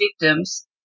victims